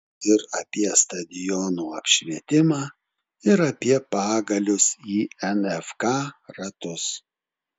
ir apie stadionų apšvietimą ir apie pagalius į nfka ratus